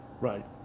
Right